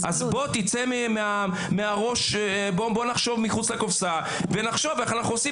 בוא נחשוב מחוץ לקופסה ונחשוב איך אנחנו עושים